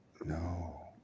No